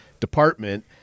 Department